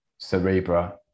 Cerebra